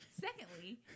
Secondly